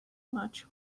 much